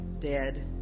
dead